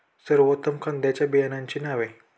सर्वोत्तम कांद्यांच्या बियाण्यांची नावे?